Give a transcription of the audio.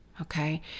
Okay